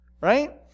right